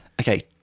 Okay